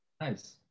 Nice